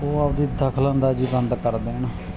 ਉਹ ਆਪਦੀ ਦਖਲਅੰਦਾਜ਼ੀ ਬੰਦ ਕਰ ਦੇਣ